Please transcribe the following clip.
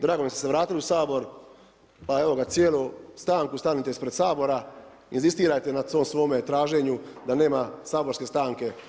Drago mi je što ste se vratili u Sabor, pa evo ga cijelu stanku stanite ispred Sabora, inzistirajte na tom svome traženju da nema saborske stanke.